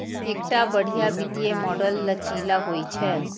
एकटा बढ़िया वित्तीय मॉडल लचीला होइ छै